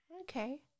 Okay